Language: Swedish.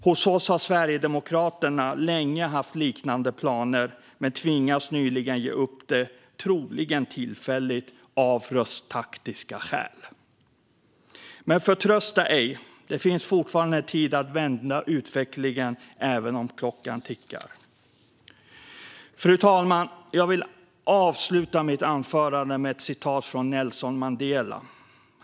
Hos oss har Sverigedemokraterna länge haft liknande planer men tvingades nyligen att ge upp det, troligen tillfälligt, av rösttaktiska skäl. Men förtvivla ej! Det finns fortfarande tid att vända utvecklingen även om klockan tickar på. Fru talman! Jag vill avsluta mitt anförande med ett citat från Nelson Mandela.